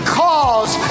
cause